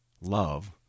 Love